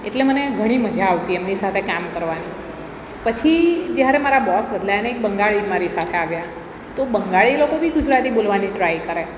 એટલે મને ઘણી મજા આવતી એમની સાથે કામ કરવાની પછી જ્યારે મારા બોસ બદલાયા અને એક બંગાળી મારી સાથે આવ્યા તો બંગાળી લોકો બી ગુજરાતી બોલવાની ટ્રાય કરે